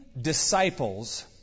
disciples